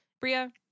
Bria